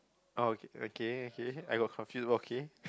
oh ok~ okay okay I got confused okay